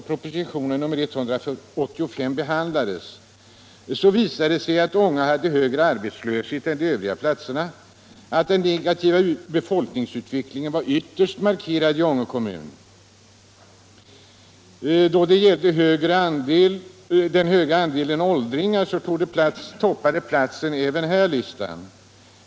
betslöshet än de övriga föreslagna platserna och att den negativa befolkningsutvecklingen var ytterst markerad i Ånge kommun. Även den höga andelen åldringar där toppade statistiken.